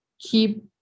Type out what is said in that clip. keep